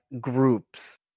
groups